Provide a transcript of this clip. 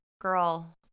girl